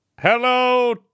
hello